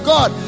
God